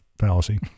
fallacy